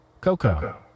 Cocoa